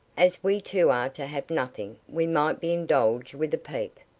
as we two are to have nothing, we might be indulged with a peep.